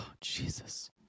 jesus